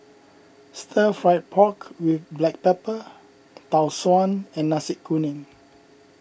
Stir Fried Pork with Black Pepper Tau Suan and Nasi Kuning